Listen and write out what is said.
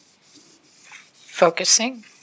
focusing